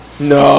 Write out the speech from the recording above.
No